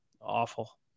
awful